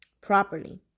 Properly